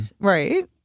Right